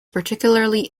particularly